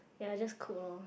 ya just cook loh